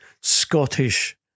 Scottish